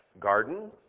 garden